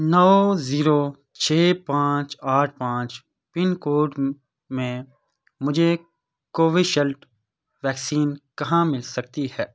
نو zero چھ پانچ آٹھ پانچ پن کوڈ میں مجھے کووشیلڈ ویکسین کہاں مل سکتی ہے